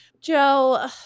Joe